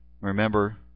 remember